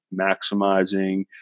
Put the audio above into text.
maximizing